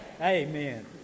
Amen